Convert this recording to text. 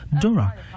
Dora